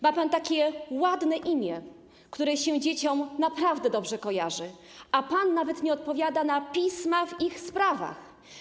Ma pan takie ładne imię, które się dzieciom naprawdę dobrze kojarzy, a pan nawet nie odpowiada na pisma w ich sprawach.